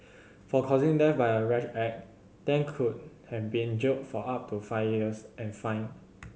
for causing death by a rash act Tan could have been jailed for up to five years and fined